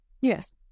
Yes